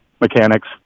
mechanics